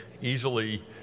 easily